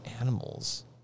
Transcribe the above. animals